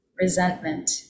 resentment